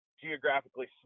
geographically